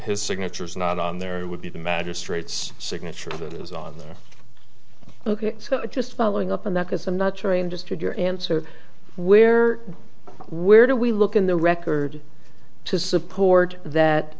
his signature is not on there would be the magistrate's signature that is on the ok so just following up on that because i'm not sure i understood your answer where where do we look in the record to support that